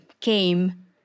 came